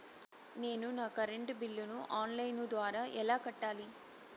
నేను నా కరెంటు బిల్లును ఆన్ లైను ద్వారా ఎలా కట్టాలి?